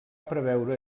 preveure